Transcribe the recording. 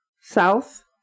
south